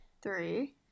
three